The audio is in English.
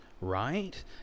right